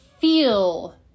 feel